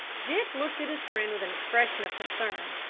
dick looked at his friend with an expression of concern.